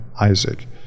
Isaac